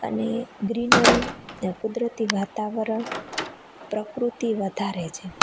અને ગ્રીનરી કુદરતી વાતાવરણ પ્રકૃતિ વધારે છે